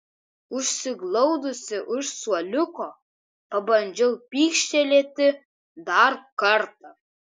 užsiglaudusi už suoliuko pabandžiau pykštelėti dar kartą